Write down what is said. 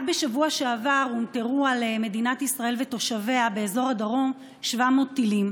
רק בשבוע שעבר הומטרו על מדינת ישראל ותושביה באזור הדרום 700 טילים.